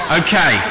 okay